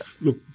Look